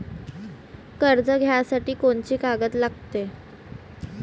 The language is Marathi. कर्ज घ्यासाठी कोनची कागद लागते?